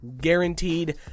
Guaranteed